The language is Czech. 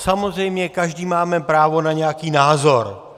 Samozřejmě každý máme právo na nějaký názor.